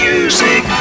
Music